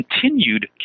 continued